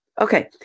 Okay